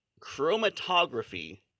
chromatography